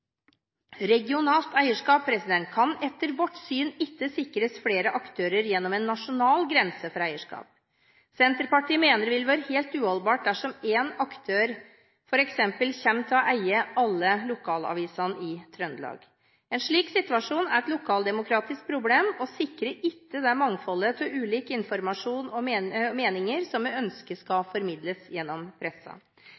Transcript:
Regionalt eierskap kan etter vårt syn ikke sikres flere aktører gjennom en nasjonal grense for eierskap. Senterpartiet mener det ville vært helt uholdbart dersom en aktør f.eks. kommer til å eie alle lokalavisene i Trøndelag. En slik situasjon er et lokaldemokratisk problem og sikrer ikke det mangfoldet av ulik informasjon og meninger som vi ønsker skal